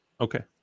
Okay